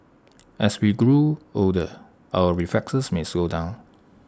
as we grow older our reflexes may slow down